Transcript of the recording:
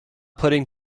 putting